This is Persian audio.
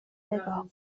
نگاه